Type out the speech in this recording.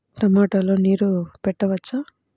టమాట లో నీరు పెట్టవచ్చునా?